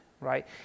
right